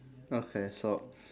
okay so